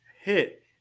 hit